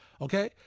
okay